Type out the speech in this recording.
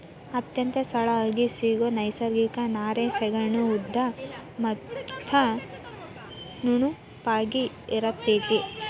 ಅತ್ಯಂತ ಸರಳಾಗಿ ಸಿಗು ನೈಸರ್ಗಿಕ ನಾರೇ ಸೆಣಬು ಉದ್ದ ಮತ್ತ ನುಣುಪಾಗಿ ಇರತತಿ